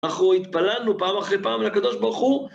אנחנו התפללנו פעם אחרי פעם לקדוש ברוך הוא.